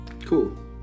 cool